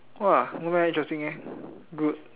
!wah! not bad eh interesting eh good